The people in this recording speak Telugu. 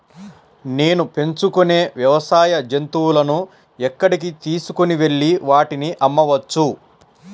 నేను పెంచుకొనే వ్యవసాయ జంతువులను ఎక్కడికి తీసుకొనివెళ్ళి వాటిని అమ్మవచ్చు?